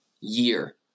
year